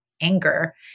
anger